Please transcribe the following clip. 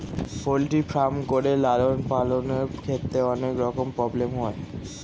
poultry farm করে লালন পালনের ক্ষেত্রে অনেক রকমের প্রব্লেম হয়